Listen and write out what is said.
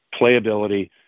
playability